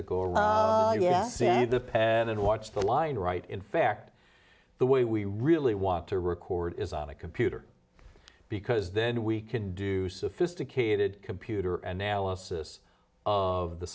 that go along yes see the pen and watch the line right in fact the way we really want to record is on a computer because then we can do sophisticated computer and alice's of the